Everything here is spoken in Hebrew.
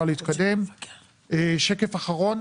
שקף אחרון.